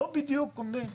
לא בדיוק ---.